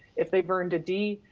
if they've earned a d,